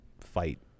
fight